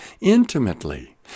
intimately